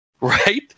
Right